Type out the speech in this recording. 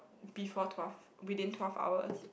before twelve within twelve hours